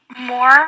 more